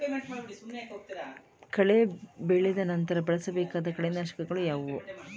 ಕಳೆ ಬೆಳೆದ ನಂತರ ಬಳಸಬೇಕಾದ ಕಳೆನಾಶಕಗಳು ಯಾವುವು?